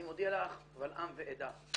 אני מודיע לך קבל עם ועדה,